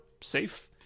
safe